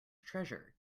treasure